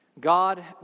God